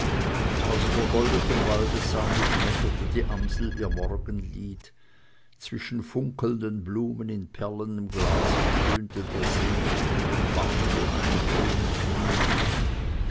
aus vergoldetem waldessaume schmetterte die amsel ihr morgenlied zwischen funkelnden blumen in perlendem grase tönte der sehnsüchtigen wachtel eintönend